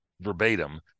verbatim